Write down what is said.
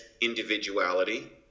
individuality